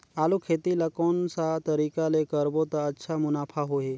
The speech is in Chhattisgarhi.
आलू खेती ला कोन सा तरीका ले करबो त अच्छा मुनाफा होही?